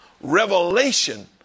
revelation